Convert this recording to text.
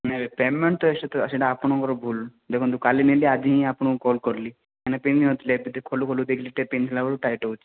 ନାଇଁ ପେମେଣ୍ଟ୍ ତ ଆସୁଥିବ ସେଇଟା ଆପଣଙ୍କର ଭୁଲ୍ ଦେଖନ୍ତୁ କାଲି ନେଲି ଆଜି ହିଁ ଆପଣଙ୍କୁ କଲ୍ କରିଲି ମାନେ ପିନ୍ଧି ନଥିଲି ଏବେ ଖୋଲୁ ଖୋଲୁ ଦେଖିଲି ଟେ ପିନ୍ଧିଲା ବେଳୁ ଟାଇଟ୍ ହେଉଛି